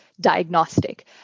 diagnostic